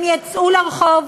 הם יצאו לרחוב,